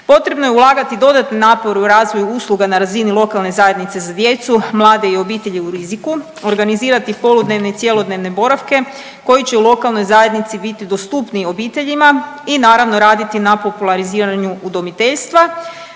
Potrebno je ulagati dodatni napor u razvoj usluga na razini lokalne zajednice za djecu, mlade i obitelji u riziku. Organizirati poludnevne i cjelodnevne boravke koji će u lokalnoj zajednici biti dostupniji obiteljima i naravno raditi na populariziranju udomiteljstva,